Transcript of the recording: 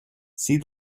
see